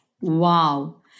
Wow